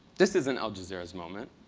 this isn't al jazeera's moment.